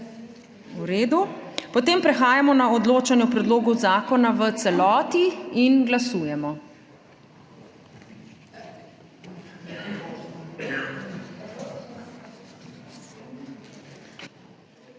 v redu. Potem prehajamo na odločanje o predlogu zakona v celoti. Glasujemo.